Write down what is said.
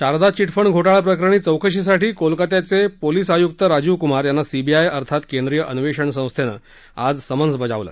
Sharda chit fund घो ळाप्रकरणी चौकशीसाठी कोलकोत्याचे पोलीस आयुक्त राजीव कुमार यांना सीबीआय अर्थात केंद्रीय अन्वेषण संस्थेनं आज समन्स बजावलं